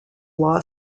law